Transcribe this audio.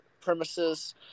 premises